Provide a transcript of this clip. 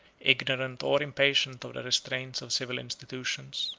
ignorant or impatient of the restraints of civil institutions,